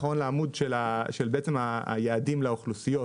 היעדים לאוכלוסיות